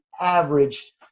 average